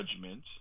judgment